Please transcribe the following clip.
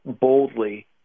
boldly